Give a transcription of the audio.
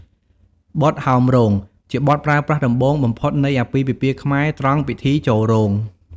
បទហោមរោងជាបទប្រើប្រាស់ដំបូងបំផុតនៃអាពាពិពាហ៍ខ្មែរត្រង់ពិធីចូលរោង។